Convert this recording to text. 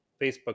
Facebook